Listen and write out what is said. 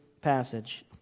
passage